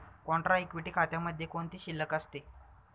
Contra equity खात्यामध्ये कोणती शिल्लक असते?